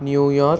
New York